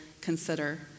consider